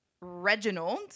Reginald